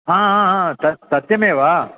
हा हा हा तद् सत्यमेव